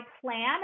plan